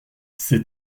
ses